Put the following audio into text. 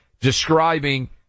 describing